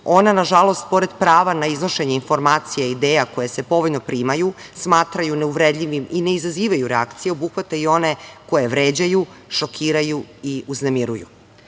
ona na žalost pored prava na iznošenje informacija, ideja koje se povoljno primaju smatraju ne uvredljivim i ne izazivaju reakciju, obuhvata i one koje vređaju, šokiraju i uznemiruju. Svedoci